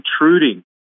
intruding